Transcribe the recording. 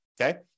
Okay